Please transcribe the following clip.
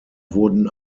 wurden